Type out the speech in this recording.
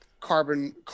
Carbon